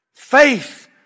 Faith